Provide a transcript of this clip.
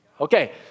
Okay